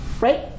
right